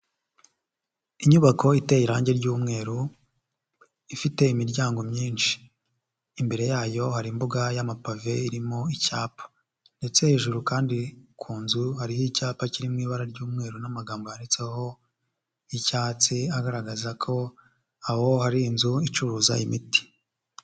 Inyubako iteye irange ry'umweru ifite imiryango myinshi, imbere yayo hari imbuga y'amapave irimo icyapa ndetse hejuru kandi ku nzu hariho icyapa kiri mu ibara ry'umweru n'amagambo yanditseho y'icyatsi agaragaza ko aho hari inzu icuruza imiti.